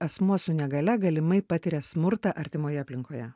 asmuo su negalia galimai patiria smurtą artimoje aplinkoje